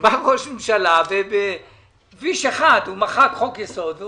בא ראש ממשלה ובהינף יד מחק חוק יסוד.